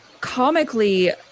comically